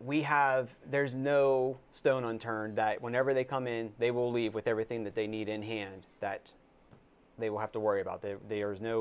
we have there's no stone unturned that whenever they come in they will leave with everything that they need in hand that they will have to worry about the there is no